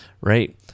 right